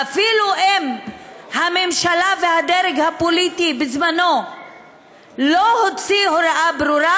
ואפילו אם הממשלה והדרג הפוליטי בזמנו לא הוציאו הוראה ברורה,